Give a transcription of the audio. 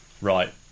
right